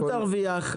היא גם תרוויח,